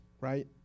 right